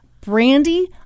Brandy